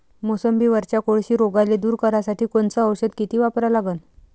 मोसंबीवरच्या कोळशी रोगाले दूर करासाठी कोनचं औषध किती वापरा लागन?